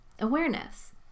Awareness